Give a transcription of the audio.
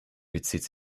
bezieht